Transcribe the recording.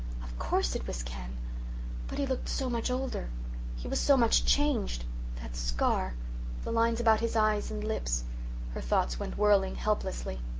of course, it was ken but he looked so much older he was so much changed that scar the lines about his eyes and lips her thoughts went whirling helplessly.